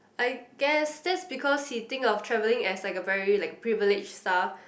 I guess that's because he think of traveling as like a very like privilege stuff